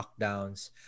lockdowns